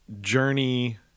Journey